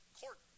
court